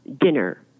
dinner